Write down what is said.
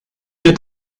mir